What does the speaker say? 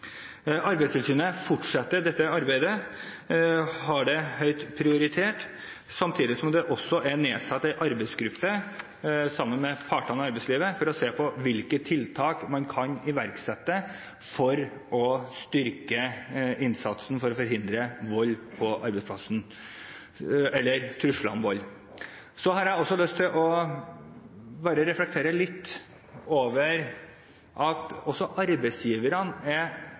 Arbeidstilsynet fortsetter dette arbeidet og har det høyt prioritert, samtidig som det også er nedsatt en arbeidsgruppe, sammen med partene i arbeidslivet, for å se på hvilke tiltak man kan iverksette for å styrke innsatsen for å forhindre vold eller trusler om vold på arbeidsplassen. Jeg har også lyst til å reflektere litt over at også arbeidsgiverne er